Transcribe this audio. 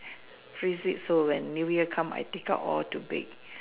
freeze it so when new year come I take out all to bake